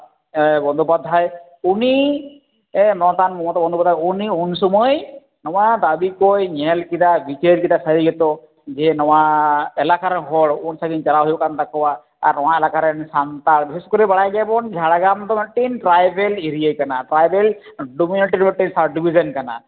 ᱵᱚᱱᱫᱳᱯᱟᱫᱽᱫᱷᱟᱭ ᱩᱱᱤ ᱢᱟᱱᱚᱛᱟᱱ ᱢᱚᱢᱚᱛᱟ ᱵᱚᱱᱫᱳᱯᱟᱫᱽᱫᱷᱟᱭ ᱩᱱᱤ ᱩᱱ ᱥᱚᱢᱚᱭ ᱱᱚᱣᱟ ᱫᱟᱵᱤ ᱠᱚᱭ ᱧᱮᱞ ᱠᱮᱫᱟ ᱵᱤᱪᱟᱹᱨ ᱠᱮᱫᱟᱭ ᱥᱟᱹᱨᱤ ᱜᱮᱛᱚ ᱡᱮ ᱱᱚᱣᱟ ᱮᱞᱟᱠᱟ ᱨᱮᱱ ᱦᱚᱲ ᱩᱱ ᱥᱟᱺᱜᱤᱧ ᱪᱟᱞᱟᱣ ᱦᱩᱭᱩᱜ ᱠᱟᱱ ᱛᱟᱠᱚᱣᱟ ᱟᱨ ᱱᱚᱣᱟ ᱮᱞᱟᱠᱟ ᱨᱮᱱ ᱥᱟᱱᱛᱟᱲ ᱵᱤᱥᱮᱥ ᱠᱚᱨᱮ ᱵᱟᱲᱟᱭ ᱜᱮᱭᱟᱵᱚᱱ ᱡᱷᱟᱲᱜᱨᱟᱢ ᱫᱚ ᱢᱤᱫᱴᱤᱱ ᱴᱨᱟᱭᱵᱮᱞ ᱮᱨᱤᱭᱟ ᱠᱟᱱᱟ ᱴᱨᱟᱭᱵᱮᱞ ᱰᱳᱢᱮᱱᱮᱴᱤᱠ ᱢᱤᱫᱴᱤᱡ ᱥᱟᱵᱽ ᱰᱤᱵᱤᱥᱚᱱ ᱠᱟᱱᱟ